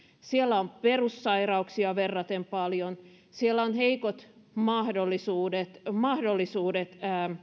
siellä on perussairauksia verraten paljon siellä on heikot mahdollisuudet mahdollisuudet